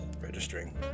registering